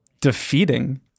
defeating